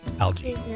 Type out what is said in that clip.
Algae